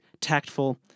Tactful